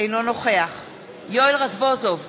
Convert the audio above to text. אינו נוכח יואל רזבוזוב,